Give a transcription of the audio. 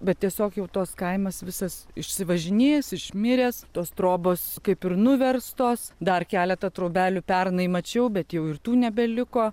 bet tiesiog jau tos kaimas visas išsivažinėjęs išmiręs tos trobos kaip ir nuverstos dar keletą trobelių pernai mačiau bet jau ir tų nebeliko